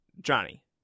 Johnny